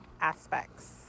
aspects